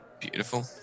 Beautiful